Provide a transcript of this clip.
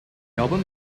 album